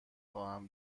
خواهم